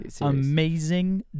Amazing